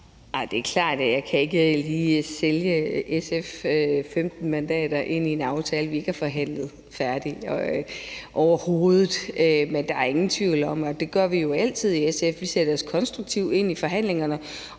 Det er klart, at jeg ikke lige kan sælge SF's 15 mandater ind i en aftale, vi ikke har forhandlet færdig, overhovedet, men der er ingen tvivl om, og det gør vi jo altid i SF, at vi går konstruktivt ind i forhandlingerne